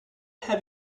have